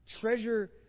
Treasure